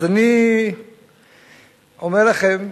אז אני אומר לכם,